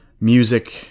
music